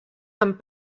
amb